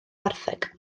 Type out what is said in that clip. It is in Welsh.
gwartheg